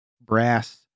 Brass